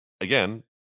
again